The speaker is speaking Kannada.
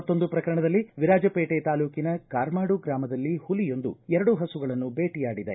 ಮತ್ತೊಂದು ಪ್ರಕರಣದಲ್ಲಿ ವಿರಾಜಪೇಟೆ ತಾಲೂಕಿನ ಕಾರ್ಮಾಡು ಗ್ರಾಮದಲ್ಲಿ ಹುಲಿಯೊಂದು ಎರಡು ಹಸುಗಳನ್ನು ದೇಟೆಯಾಡಿದೆ